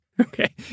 Okay